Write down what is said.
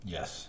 Yes